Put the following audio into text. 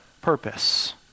purpose